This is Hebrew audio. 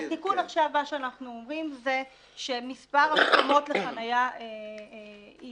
מה שאנחנו אומרים בתיקון הזה זה שמספר המקומות לחניה יורחב